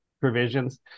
provisions